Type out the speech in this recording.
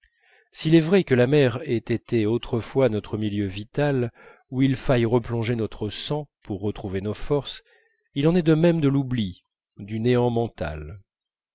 s'il est vrai que la mer ait été autrefois notre milieu vital où il faille replonger notre sang pour retrouver nos forces il en est de même de l'oubli du néant mental